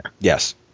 Yes